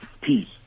peace